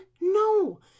No